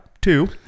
two